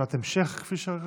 שאלת המשך, כפי שקרוי.